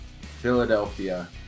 Philadelphia